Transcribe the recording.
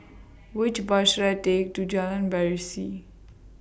Which Bus should I Take to Jalan Berseri